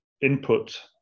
input